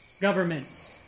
governments